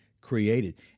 created